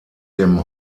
dem